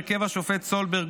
בהרכב השופטים סולברג,